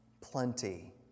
plenty